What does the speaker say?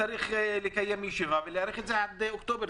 צריך לקיים ישיבה ולהאריך את תוקף התקנות עד אוקטובר.